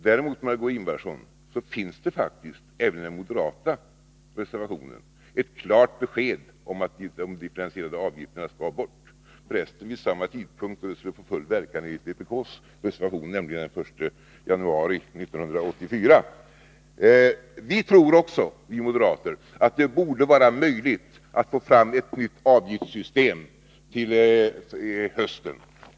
Däremot, Margé Ingvardsson, finns det faktiskt även i den moderata reservationen ett klart besked om att de differentierade avgifterna skall bort — för resten vid samma tidpunkt då de skulle få full verkan enligt vpk:s reservation, nämligen den 1 januari 1984. Vi moderater tror också att det borde vara möjligt att få fram ett nytt avgiftssystem till hösten.